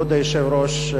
כבוד היושב-ראש,